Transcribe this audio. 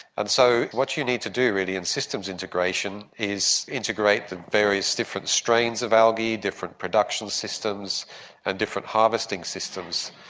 and so what you need to do really in systems integration is integrate the various different strains of algae, different production systems and different harvesting systems,